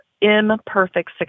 imperfect